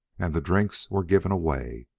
and the drinks were given away.